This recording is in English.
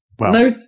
No